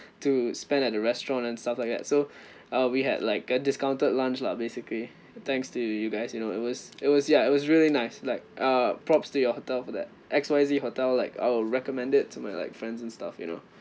to spend at the restaurant and stuff like that so uh we had like a discounted lunch lah basically thanks to you guys you know it was it was ya it was really nice like uh props to your hotel for that X Y Z hotel like I'll recommend it to my like friends and stuff you know